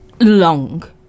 long